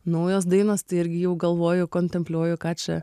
naujos dainos tai irgi jau galvoju kontempliuoju ką čia